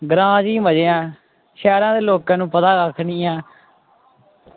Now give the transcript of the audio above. ग्रां च ई मज़े ऐ शैह्रे दे लोकां ई पता कक्ख निं ऐ